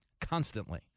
Constantly